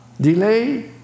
Delay